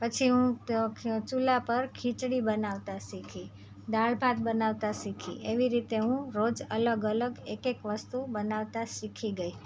પછી હું ચૂલા પર ખીચડી બનાવતા શીખી દાળ ભાત બનાવતા શીખી એવી રીતે હું રોજ અલગ અલગ એક એક વસ્તુ બનાવતા શીખી ગઈ